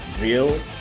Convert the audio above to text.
real